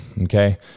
okay